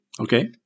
okay